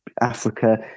Africa